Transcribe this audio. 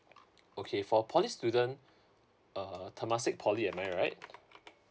okay for poly student uh temasek poly am I right